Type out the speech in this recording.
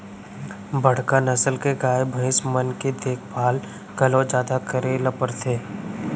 बड़का नसल के गाय, भईंस मन के देखभाल घलौ जादा करे ल परथे